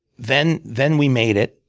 then then we made it,